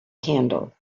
candle